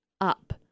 up